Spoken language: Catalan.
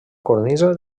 cornisa